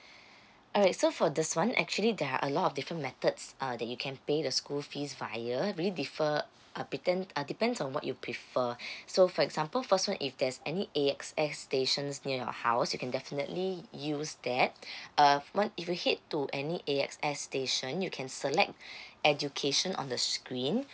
alright so for this one actually there are a lot of different methods uh that you can pay the school fees via really differ uh depends uh depends on what you prefer so for example first one if there's any A X S stations near your house you can definitely use that uh one if you head to any A X S station you can select education on the screen